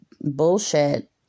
bullshit